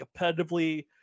competitively